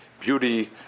beauty